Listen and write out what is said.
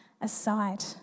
aside